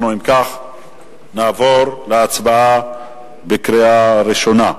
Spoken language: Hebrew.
אנחנו נעבור להצבעה בקריאה ראשונה.